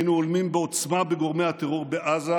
היינו הולמים בעוצמה בגורמי הטרור בעזה,